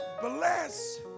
bless